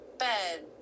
bed